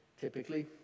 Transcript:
typically